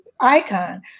icon